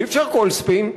אי-אפשר כל ספין.